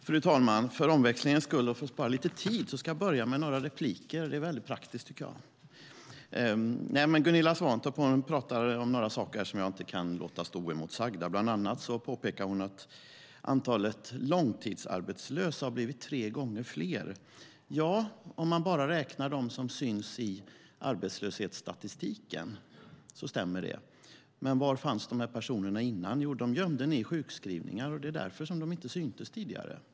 Fru talman! För omväxlings skull och för att spara lite tid ska jag börja med några repliker. Det är väldigt praktiskt, tycker jag. Gunilla Svantorp pratade om några saker som jag inte kan låta stå oemotsagda. Hon påpekade bland annat att antalet långtidsarbetslösa har blivit tre gånger högre. Ja, det stämmer om man bara räknar dem som syns i arbetslöshetsstatistiken. Men var fanns de här personerna tidigare? Jo, ni gömde dem i sjukskrivningar, Gunilla Svantorp. Det är därför som de inte syntes tidigare.